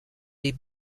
des